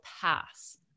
pass